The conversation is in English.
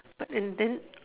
but and then